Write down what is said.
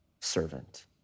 servant